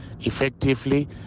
Effectively